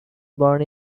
born